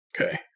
okay